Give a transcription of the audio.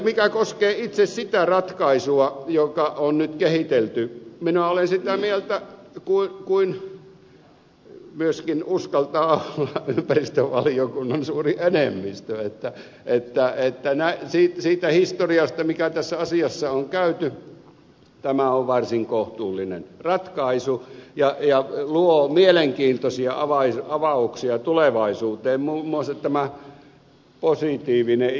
mikä koskee itse sitä ratkaisua joka on nyt kehitelty minä olen sitä mieltä kuin myöskin uskaltaa olla ympäristövaliokunnan suuri enemmistö että siitä historiasta mikä tässä asiassa on käyty tämä on varsin kohtuullinen ratkaisu ja luo mielenkiintoisia avauksia tulevaisuuteen muun muassa tämä positiivinen ikäsyrjintäjuttu